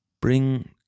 Bring